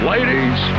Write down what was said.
Ladies